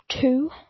two